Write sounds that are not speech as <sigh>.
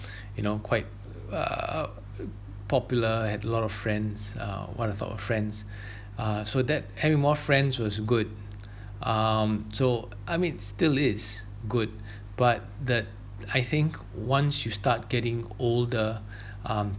<breath> you know quite uh popular had a lot of friends uh what I thought were friends <breath> uh so that having more friends was good <breath> um so I mean still is good <breath> but that I think once you start getting older <breath> um